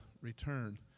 return